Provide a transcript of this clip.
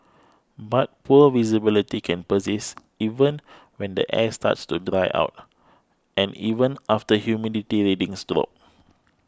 but poor visibility can persist even when the air starts to dry out and even after humidity readings drop